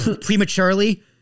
prematurely